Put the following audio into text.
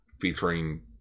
Featuring